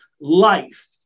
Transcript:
life